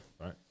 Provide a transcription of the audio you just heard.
right